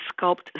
sculpt